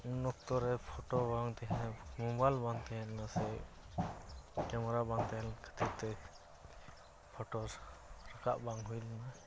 ᱩᱱ ᱚᱠᱛᱚᱨᱮ ᱯᱷᱚᱴᱚ ᱵᱟᱝ ᱢᱳᱵᱟᱞ ᱵᱟᱝ ᱛᱟᱦᱮᱸᱞᱮᱱᱟ ᱥᱮ ᱠᱮᱢᱮᱨᱟ ᱵᱟᱝ ᱛᱟᱦᱮᱸᱞᱮᱱ ᱠᱷᱟᱹᱛᱤᱨᱛᱮ ᱯᱷᱚᱴᱚ ᱨᱟᱠᱟᱵ ᱵᱟᱝ ᱦᱩᱭᱞᱮᱱᱟ